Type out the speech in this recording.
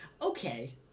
Okay